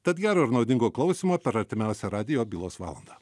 tad gero ir naudingo klausymo per artimiausią radijo bylos valandą